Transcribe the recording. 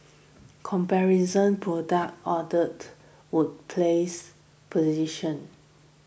comparison product ordered would placed position